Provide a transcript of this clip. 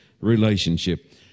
relationship